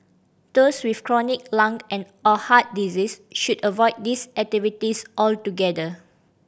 those with chronic lung and or heart disease should avoid these activities altogether